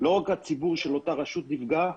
לא רק הציבור של אותה רשות נפגע,